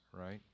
right